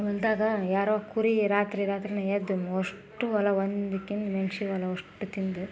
ಹೊಲದಾಗ ಯಾರೋ ಕುರಿ ರಾತ್ರಿ ರಾತ್ರಿಯೇ ಎದ್ದು ಅಷ್ಟು ಹೊಲ ಹೊಂದಾಕಿನ ಮೆಣ್ಸಿನ ಹೊಲ ಅವಷ್ಟು ತಿಂದು